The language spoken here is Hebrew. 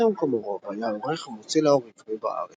גרשום קומרוב היה עורך ומו"ל עברי בארץ,